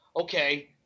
Okay